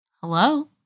Hello